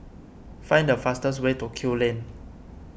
find the fastest way to Kew Lane